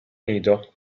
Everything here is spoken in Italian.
nido